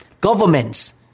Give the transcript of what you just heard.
Governments